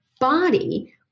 body